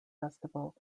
festival